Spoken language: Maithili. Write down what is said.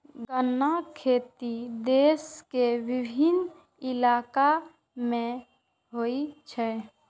गन्नाक खेती देश के विभिन्न इलाका मे होइ छै